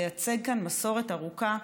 לייצג כאן מסורת ארוכה,